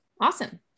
Awesome